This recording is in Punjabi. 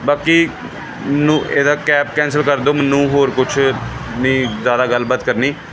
ਬਾਕੀ ਨੂੰ ਇਹਦਾ ਕੈਬ ਕੈਂਸਲ ਕਰ ਦਿਉ ਮੈਨੂੰ ਹੋਰ ਕੁਛ ਨਹੀਂ ਜ਼ਿਆਦਾ ਗੱਲਬਾਤ ਕਰਨੀ